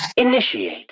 Initiate